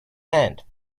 hand